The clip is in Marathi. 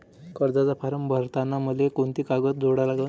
कर्जाचा फारम भरताना मले कोंते कागद जोडा लागन?